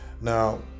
Now